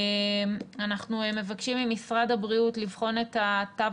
אנחנו מבקשים ממשרד הבריאות לבחון את התו